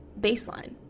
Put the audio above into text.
baseline